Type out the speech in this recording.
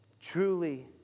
Truly